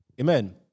Amen